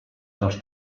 dels